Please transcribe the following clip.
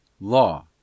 law